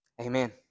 Amen